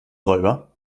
räuber